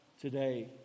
today